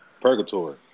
Purgatory